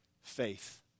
faith